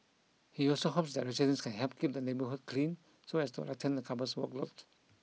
he also hopes that residents can help keep the neighbourhood clean so as to lighten the couple's workload